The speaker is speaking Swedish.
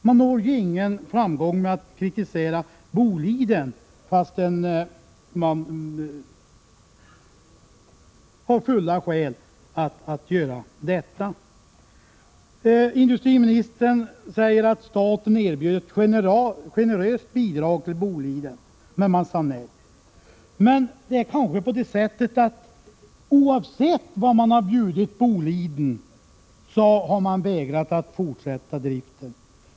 Man når ingen framgång genom att kritisera Boliden, fastän man har fulla skäl att göra det. Industriministern säger att staten erbjudit Boliden ett generöst bidrag, men att man sade nej. Det kanske är så att man hade vägrat att fortsätta driften oavsett vad som hade bjudits.